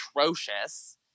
atrocious